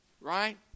Right